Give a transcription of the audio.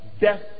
death